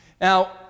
Now